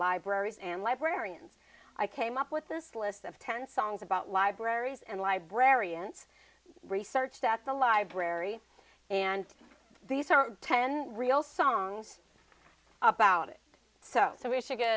libraries and librarians i came up with this list of ten songs about libraries and librarians researched at the library and these are ten real songs about it so so we should g